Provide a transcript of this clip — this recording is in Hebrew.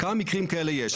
כמה מקרים כאלה יש.